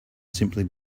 simply